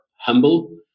humble